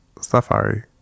safari